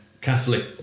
Catholic